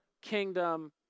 kingdom